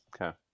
Okay